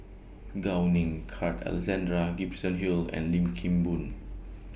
Gao Ning Carl Alexander Gibson Hill and Lim Kim Boon